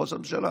ראש הממשלה